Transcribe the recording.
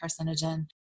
carcinogen